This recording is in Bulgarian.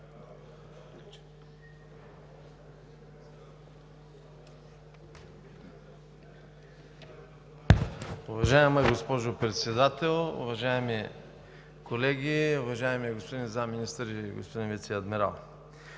Уважаема госпожо Председател, уважаеми колеги, уважаеми господин Заместник министър и господин Вицеадмирал!